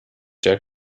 der